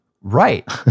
right